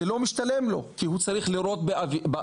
זה לא משתלם לו כי הוא צריך לירות באוויר,